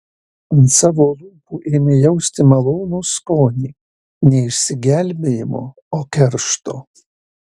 ant savo lūpų ėmė jausti malonų skonį ne išsigelbėjimo o keršto